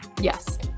yes